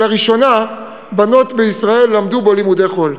שלראשונה בנות בישראל למדו בו לימודי חול.